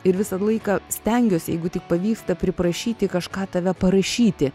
ir visą laiką stengiuosi jeigu tik pavyksta priprašyti kažką tave parašyti